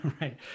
Right